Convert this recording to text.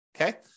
okay